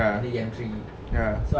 ya ya